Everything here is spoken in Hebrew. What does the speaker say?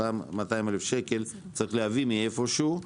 אותם 200 אלף שקל צריך להביא מאיפושהו.